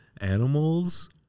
animals